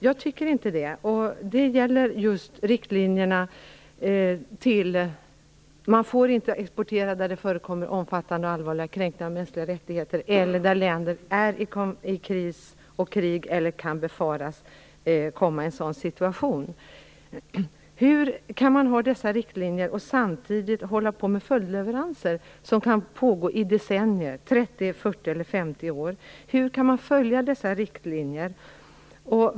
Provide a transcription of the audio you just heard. Jag tycker inte det. Det gäller just att man inte får exportera dit där det förekommer omfattande och allvarliga kränkningar av de mänskliga rättigheterna eller där länder är i kris och krig eller kan befaras komma i en sådan situation. Hur kan man ha dessa riktlinjer och samtidigt hålla på med följdleveranser, som kan pågå i decennier, i 30, 40 eller 50 år? Hur kan man följa dessa riktlinjer?